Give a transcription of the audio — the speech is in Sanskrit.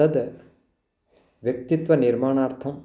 तद् व्यक्तित्वं निर्माणार्थम्